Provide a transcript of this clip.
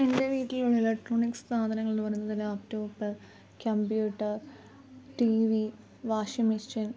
എൻ്റെ വീട്ടിലുള്ള ഇലക്ട്രോണിക്സ് സാധനങ്ങൾ എന്ന് പറയുന്നത് laptop computer TV washing machine